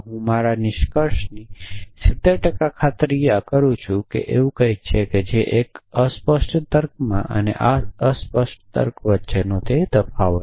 હું મારા નિષ્કર્ષની 70 ટકા ખાતરી છું અથવા એવું કંઈક છે જે એક છેઅસ્પષ્ટ તર્કમાં આ અને અસ્પષ્ટ તર્ક વચ્ચેનો તફાવત